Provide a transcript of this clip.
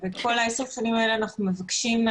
בתוך הוועדה הזאת שאמורה לקבוע את